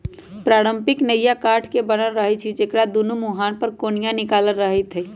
पारंपरिक नइया काठ के बनल रहै छइ जेकरा दुनो मूहान पर कोनिया निकालल रहैत हइ